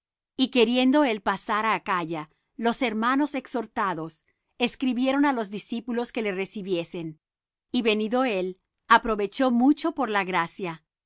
y queriendo él pasar á acaya los hermanos exhortados escribieron á los discípulos que le recibiesen y venido él aprovechó mucho por la gracia